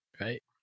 right